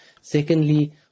secondly